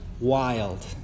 wild